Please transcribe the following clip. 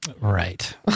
Right